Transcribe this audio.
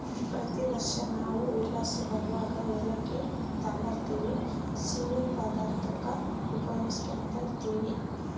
ಪ್ರತಿ ವರ್ಷ ನಾವು ಊರ್ಲಾಸಿ ಬರುವಗ ಏಲಕ್ಕಿ ತಾಂಬರ್ತಿವಿ, ಸಿಯ್ಯನ್ ಪದಾರ್ತುಕ್ಕ ಉಪಯೋಗ್ಸ್ಯಂತ ಇರ್ತೀವಿ